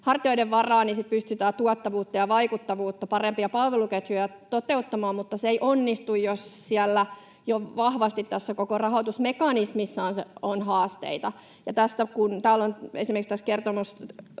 niin sitten pystytään tuottavuutta, vaikuttavuutta ja parempia palveluketjuja toteuttamaan, mutta se ei onnistu, jos vahvasti jo tässä koko rahoitusmekanismissa on haasteita. Kun